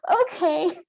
Okay